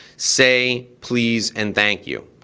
say please and thank you.